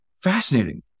Fascinating